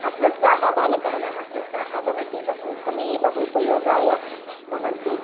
अस्वस्थाः बालकानां अस्वस्थाः भवन्ति तस्मिन् समये बहु उपयोगाय भवन्ति